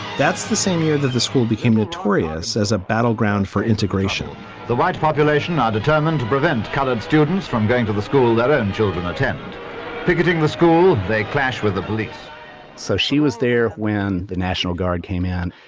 that's the same year that the school became notorious as a battleground for integration the white population are ah determined to prevent colored students from going to the school. their ah and children attend picketing the school. they clash with the police so she was there when the national guard came in.